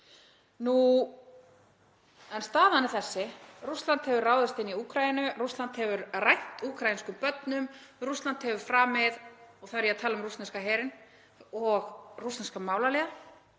En staðan er þessi: Rússland hefur ráðist inn í Úkraínu. Rússland hefur rænt úkraínsku börnum. Rússland hefur framið, og þá er ég að tala um rússneska herinn og rússneska málaliða